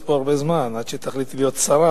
פה הרבה זמן עד שתחליטי להיות שרה,